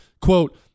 quote